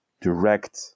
direct